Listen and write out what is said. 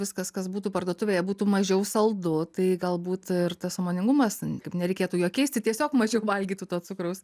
viskas kas būtų parduotuvėje būtų mažiau saldu tai galbūt ir tas sąmoningumas kaip nereikėtų jo keisti tiesiog mažiau valgytų to cukraus